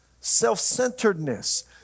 self-centeredness